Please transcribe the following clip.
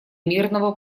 мирного